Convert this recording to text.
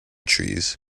trees